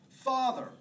father